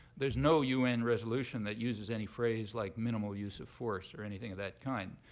there's no un resolution that uses any phrase like minimal use of force or anything of that kind.